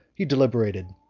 he deliberated,